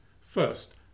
First